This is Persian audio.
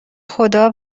خدا